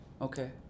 Okay